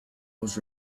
was